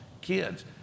kids